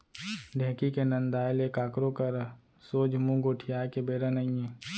ढेंकी के नंदाय ले काकरो करा सोझ मुंह गोठियाय के बेरा नइये